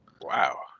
Wow